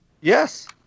Yes